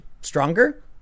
stronger